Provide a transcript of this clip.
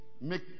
make